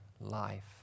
life